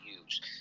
use